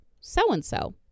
so-and-so